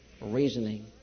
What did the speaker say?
reasoning